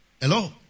Hello